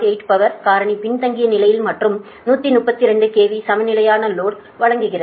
8 power காரணி பின்தங்கிய நிலையில் மற்றும் 132 KV சமநிலையான லோடு வழங்குகிறது